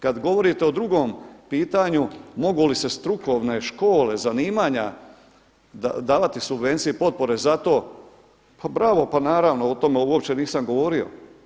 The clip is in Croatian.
Kada govorite o drugom pitanju mogu li se strukovne škole, zanimanja, davati subvencije i potpore za to, pa bravo, pa naravno o tome uopće nisam govorio.